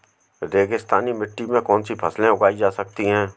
रेगिस्तानी मिट्टी में कौनसी फसलें उगाई जा सकती हैं?